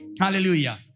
Hallelujah